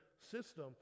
system